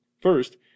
first